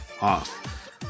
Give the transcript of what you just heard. off